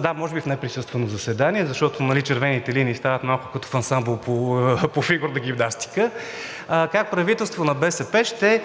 да, може би в неприсъствено заседание, защото червените линии стават малко като в ансамбъл по фигурна гимнастика – как правителство на БСП ще